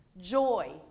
joy